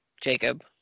Jacob